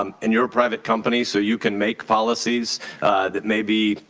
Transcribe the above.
and your private company so you can make policies that may be